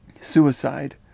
suicide